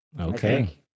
Okay